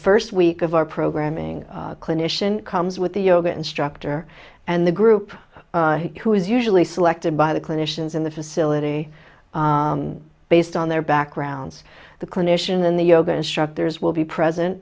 first week of our programming clinician comes with the yoga instructor and the group who is usually selected by the clinicians in the facility based on their backgrounds the clinician and the yoga instructors will be present